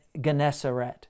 Gennesaret